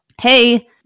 Hey